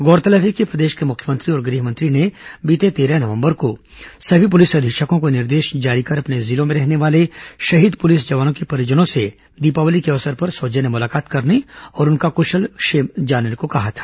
गौरतलब है कि प्रदेश के मुख्यमंत्री और गृह मंत्री ने बीते तेरह नवंबर को सभी पुलिस अधीक्षकों को निर्देश जारी कर अपने जिलों में रहने वाले शहीद पुलिस जवानों के परिजनों से दीपावली के अवसर पर सौजन्य मुलाकात करने और उनका कुशलक्षेम जानने को कहा था